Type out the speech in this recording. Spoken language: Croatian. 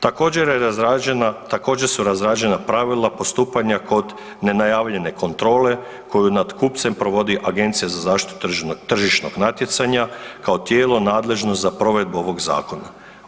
Također su razrađena pravila postupanja kod nenajavljene kontrole koju nad kupcem provodi Agencija za zaštitu tržišnog natjecanja kao tijelo nadležno za provedbu ovog zakona.